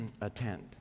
attend